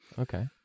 Okay